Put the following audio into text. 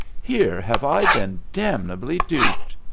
here have i been damnably duped.